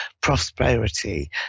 prosperity